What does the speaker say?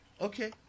Okay